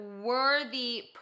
worthy